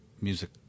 music